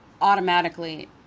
automatically